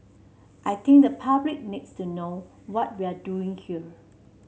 I think the public needs to know what we're doing here